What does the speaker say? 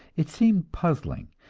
it seemed puzzling,